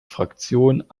fraktion